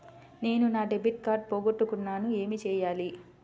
నేను నా debit card పోగొట్టుకున్నాను ఏమి చేయాలి?